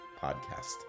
podcast